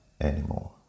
anymore